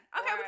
Okay